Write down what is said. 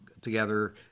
together